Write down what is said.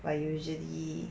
but usually